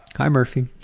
hi murphy.